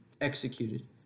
executed